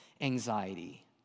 anxiety